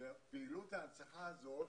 שפעילות ההנצחה הזאת